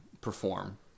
perform